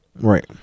Right